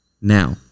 Now